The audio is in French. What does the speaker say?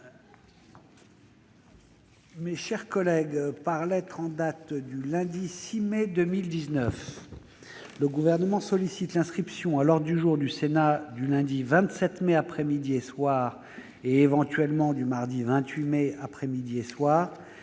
Mes chers collègues, par lettre en date du lundi 6 mai 2019, le Gouvernement sollicite l'inscription à l'ordre du jour du Sénat du lundi 27 mai, après-midi et soir, et, éventuellement, du mardi 28 mai, après-midi et soir,